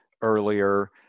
earlier